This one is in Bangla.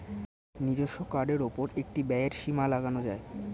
নিজস্ব কার্ডের উপর একটি ব্যয়ের সীমা লাগানো যায়